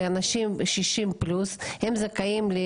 אנשים בני 60 ומעלה זכאים.